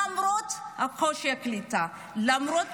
למרות קשיי הקליטה, למרות